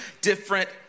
different